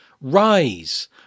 rise